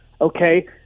okay